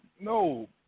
No